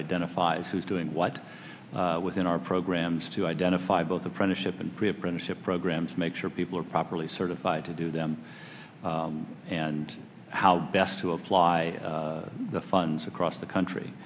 identifies who's doing what within our programs to identify both apprenticeship and pre apprenticeship programs make sure people are properly certified to do them and how best to apply the funds across the